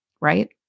Right